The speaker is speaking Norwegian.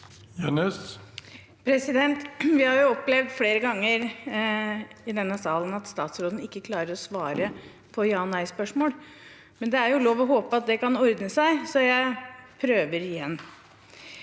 Vi har opplevd flere ganger i denne salen at statsråden ikke klarer å svare på ja/nei-spørsmål, men det er lov å håpe at det kan ordne seg, så jeg prøver igjen.